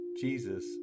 jesus